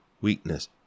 weakness